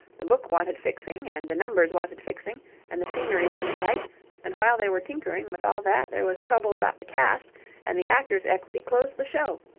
the book wanted fixing and the numbers wanted fixing and the scenery wasn't right and while they were tinkering with all that there was trouble about the cast and the actors equity closed the show.